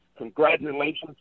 Congratulations